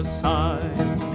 side